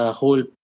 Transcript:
whole